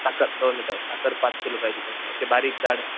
साखर दोन मीटर साखर पाच किलो पाहिजे तुम्हाला ओके बारीक जाड